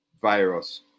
virus